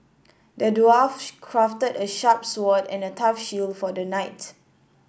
the dwarf crafted a sharp sword and a tough shield for the knight